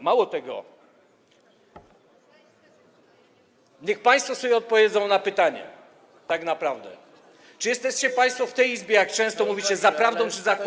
Mało tego, niech państwo sobie odpowiedzą na pytanie tak naprawdę, czy jesteście państwo w tej Izbie, jak często mówicie, za prawdą, czy za kłamstwem.